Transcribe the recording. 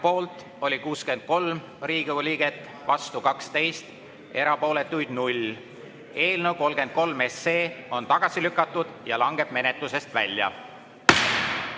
Eelnõu 81 on tagasi lükatud ja langeb menetlusest välja.